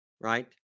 right